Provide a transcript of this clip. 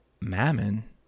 mammon